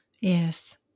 Yes